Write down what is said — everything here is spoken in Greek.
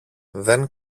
δεν